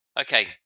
Okay